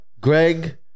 Greg